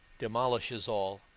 demolishes all